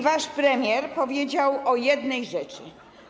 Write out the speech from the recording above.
Wasz premier powiedział o jednej rzeczy.